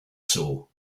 soul